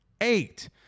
eight